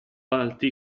alti